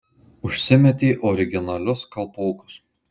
užsimetė originalius kalpokus